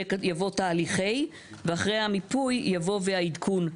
יבוא "תהליכי", ואחרי "המיפוי" יבוא "והעדכון".